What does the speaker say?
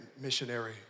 missionary